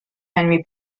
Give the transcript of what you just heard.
henri